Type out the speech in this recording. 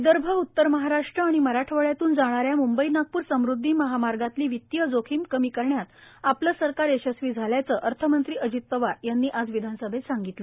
विदर्भ उत्तर उत्तराष्ट्र आणि मराठवाड्यातून जाणाऱ्या म्ंबई नागपूर समुदधी महामार्गातली वितीय जोखीम कमी करण्यात आपलं सरकार यशस्वी झाल्याचं अर्थमंत्री अजित पवार यांनी आज विधान सभेत सांगितलं